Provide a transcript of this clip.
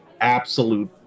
absolute